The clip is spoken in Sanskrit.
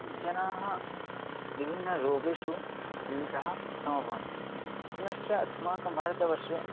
जनाः विभिन्नरोगेषु मिलितः समभवन्ति पुनश्च अस्माकं भारतवर्षे